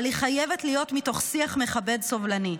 אבל היא חייבת להיות מתוך שיח מכבד סובלני.